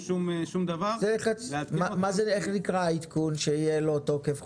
איך נקרא העדכון שיהיה לו תוקף חוקי?